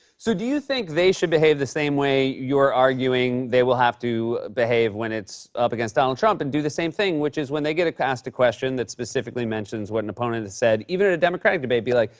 so do you think they should behave the same way you're arguing they will have to behave when it's up against donald trump, and do the same thing, which is when they get asked a question that specifically mentions what an opponent said, even in a democratic debate, be like,